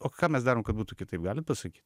o ką mes darom kad būtų kitaip galit pasakyt